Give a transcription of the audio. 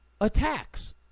attacks